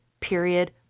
period